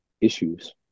issues